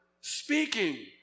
speaking